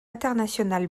international